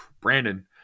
Brandon